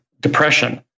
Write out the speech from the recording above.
depression